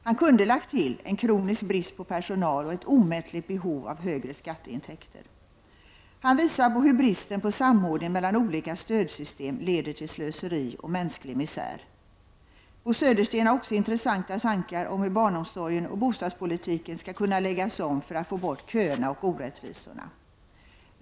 Han kunde ha lagt till en kronisk brist på personal och ett omättligt behov av högre skatteintäkter. Han visar hur bristen på samordning mellan olika stödsystem leder till slöseri och mänsklig misär. Bo Södersten har också intressanta tankar om hur barnomsorgen och bostadspolitiken skall kunna läggas om för att man skall få bort köerna och orättvisorna.